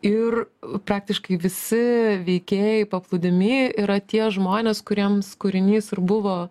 ir praktiškai visi veikėjai paplūdimy yra tie žmonės kuriems kūrinys ir buvo